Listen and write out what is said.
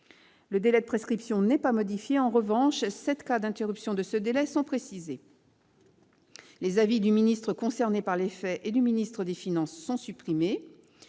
Le délai de prescription n'est pas modifié. En revanche, sept cas d'interruption de ce délai sont précisés. Les avis du ministre concerné par les faits et du ministre des finances sont supprimés.